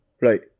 Right